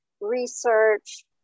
research